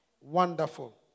Wonderful